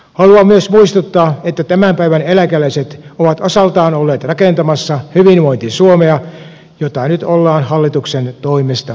haluan myös muistuttaa että tämän päivän eläkeläiset ovat osaltaan olleet rakentamassa hyvinvointi suomea jota nyt ollaan hallituksen toimesta rapauttamassa